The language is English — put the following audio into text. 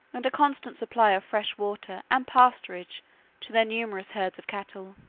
and a constant supply of fresh water and pasturage to their numerous herds of cattle.